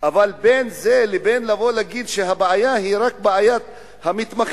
אבל בין זה לבין לבוא ולהגיד שהבעיה היא רק בעיית המתמחים,